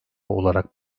olarak